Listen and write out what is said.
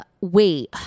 wait